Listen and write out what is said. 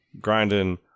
grinding